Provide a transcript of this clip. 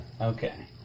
Okay